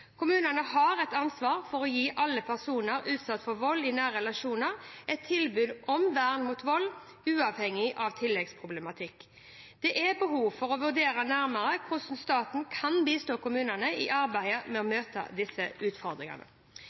Kommunene har et ansvar for å gi alle personer utsatt for vold i nære relasjoner et tilbud om vern mot vold, uavhengig av tilleggsproblematikk. Det er behov for å vurdere nærmere hvordan staten kan bistå kommunene i arbeidet med å møte disse utfordringene.